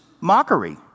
mockery